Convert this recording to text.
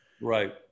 Right